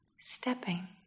stepping